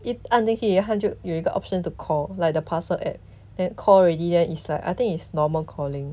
一按进去就有一个 option to call like the parcel app then call already then it's like I think it's normal calling